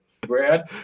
Brad